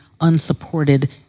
Unsupported